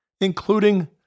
including